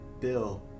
Bill